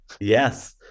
Yes